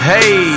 Hey